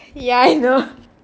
yeah I know